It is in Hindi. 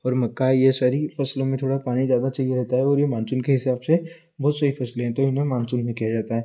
और मक्का ये सारी फसलों में थोड़ा पानी ज़्यादा चाहिए रहता है और ये मानसून के हिसाब से बहुत सही फसले हैं तो इन्हें मानसून में किया जाता है